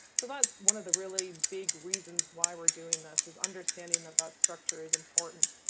so that's one of the really big reasons why we're doing this, is understanding that that structure is important.